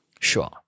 Sure